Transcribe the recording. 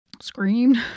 screamed